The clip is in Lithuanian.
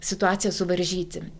situaciją suvaržyti